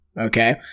Okay